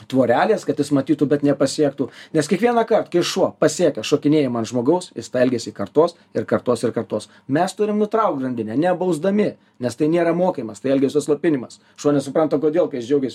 tvorelės kad jis matytų bet nepasiektų nes kiekvienąkart kai šuo pasiekia šokinėjimą ant žmogaus jis tą elgesį kartos ir kartos ir kartos mes turim nutraukt grandinę nebausdami nes tai nėra mokymas tai elgesio slopinimas šuo nesupranta kodėl kai jis džiaugiasi